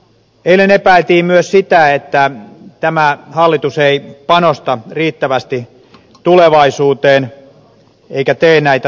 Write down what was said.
eilen epäiltiin myös sitä että tämä hallitus ei panosta riittävästi tulevaisuuteen eikä tee näitä tulevaisuusinvestointeja